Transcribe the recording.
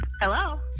Hello